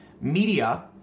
media